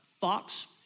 Fox